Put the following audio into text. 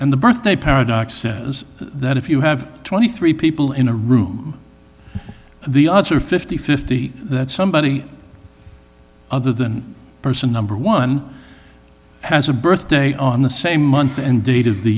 and the birthday paradox that if you have twenty three people in a room the odds are fifty fifty that somebody other than person number one has a birthday on the same month and date of the